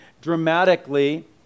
dramatically